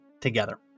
together